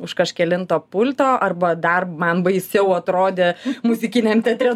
už kažkelinto pulto arba dar man baisiau atrodė muzikiniam teatre